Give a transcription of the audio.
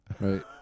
Right